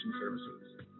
services